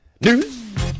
news